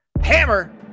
hammer